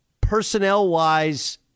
personnel-wise